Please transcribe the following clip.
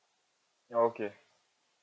okay